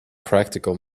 practical